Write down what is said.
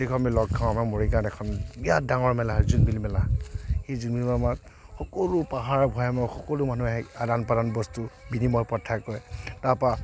গোটেইখন আমি লগ খাওঁ আমাৰ মৰিগাঁৱত এখন বিৰাট ডাঙৰ মেলা হয় জোনবিল মেলা এই জোনবিল মেলাত সকলো পাহাৰ ভৈয়ামৰ সকলো মানুহ আহে আদান প্ৰদান বস্তুৰ বিনিময় প্ৰথা কৰে তাৰ পৰা